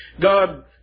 God